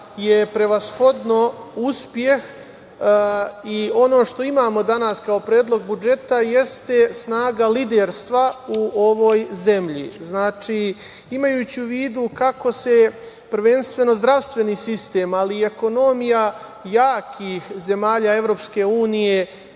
da je prevashodno uspeh i ono što imamo danas kao Predlog budžeta jeste snaga liderstva u ovoj zemlji. Znači, imajući u vidu kako se prvenstveno zdravstveni sistem, ali i ekonomija jakih zemalja EU nije